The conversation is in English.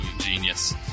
Genius